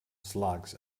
slugs